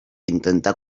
intentar